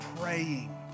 praying